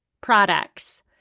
Products